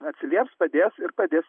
atsilieps padės ir padės